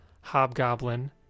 hobgoblin